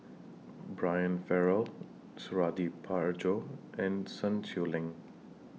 Brian Farrell Suradi Parjo and Sun Xueling